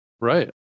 Right